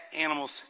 animals